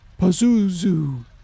Pazuzu